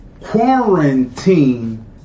quarantine